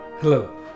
Hello